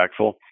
impactful